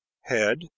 Head